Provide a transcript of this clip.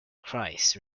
christ